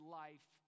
life